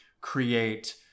create